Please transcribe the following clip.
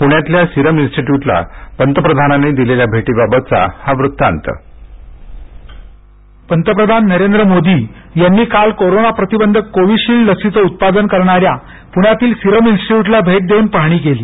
पुण्यातल्या सिरम इन्स्टीट्यूटला पंतप्रधानांनी दिलेल्या भेटीबाबतचा हा वृत्तांत पंतप्रधान नरेंद्र मोदी यांनी काल कोरोना प्रतिबंधक कोविशील्ड लसीचं उत्पादन करणाऱ्या पुण्यातील सिरम इन्स्टिट्यूटला भेट देऊन पाहणी केली